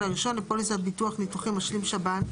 הראשון" לפוליסת ביטוח ניתוחים "משלים שב"ן"